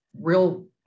real